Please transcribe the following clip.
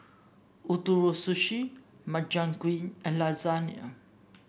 Ootoro Sushi Makchang Gui and Lasagna